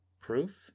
Proof